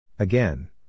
Again